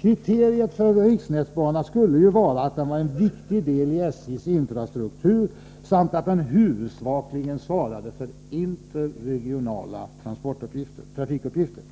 Kriteriet för en riksnätsbana skulle ju vara att den var en viktig del i SJ:s infrastruktur samt att den huvudsakligen svarade för interregionala trafikuppgifter.